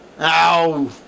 Ow